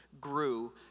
grew